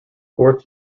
fourth